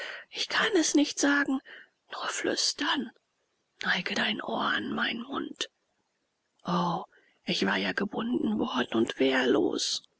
ich kann es nicht sagen nur flüstern neige dein ohr an meinen mund o ich war ja gebunden worden und wehrlos